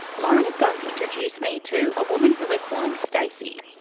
lauren is going to introduce me to a woman who we're calling stacey.